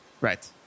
Right